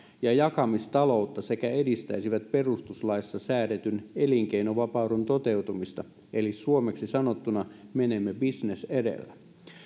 ja jakamistaloutta sekä edistäisivät perustuslaissa säädetyn elinkeinovapauden toteutumista eli suomeksi sanottuna menemme bisnes edellä